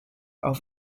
auf